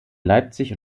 leipzig